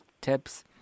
tips